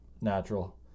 natural